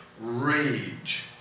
rage